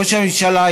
ראש הממשלה,